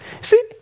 See